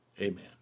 amen